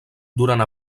durant